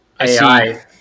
AI